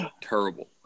Terrible